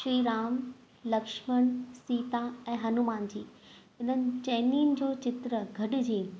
श्री राम लक्षमण सीता ऐं हनूमान जी इन्हनि चइनीनि जो चित्र गॾिजी